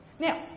Now